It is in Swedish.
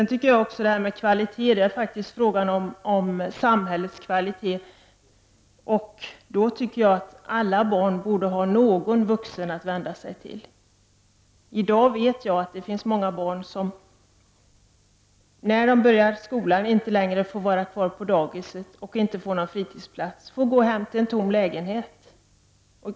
Jag tycker också att kvalitet är en fråga om samhällets kvalitet, och då tycker jag att alla barn borde ha någon vuxen att vända sig till. I dag vet jag att det finns många barn som, när de börjar skolan, inte längre får vara kvar på daghemmet och inte får någon fritidsplats. De får gå hem till en tom lägenhet.